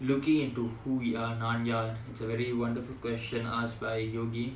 looking into who we are நான் யார்:naan yaar it's a very wonderful question asked by yogi